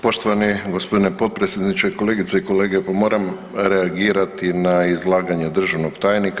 Poštovani gospodine potpredsjedniče, kolegice i kolege pa moram reagirati na izlaganje državnog tajnika.